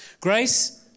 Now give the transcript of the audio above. Grace